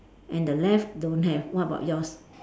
and the left don't have what about yours